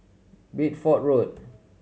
Bideford Road